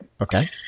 Okay